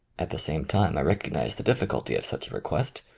at the same time, i recognize the dif ficulty of such a request,